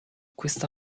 questa